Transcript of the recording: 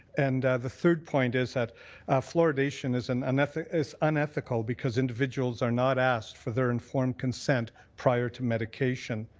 and the third point is that fluoridation is and unethical is unethical because individuals are not asked for their informed consent prior to medication.